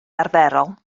arferol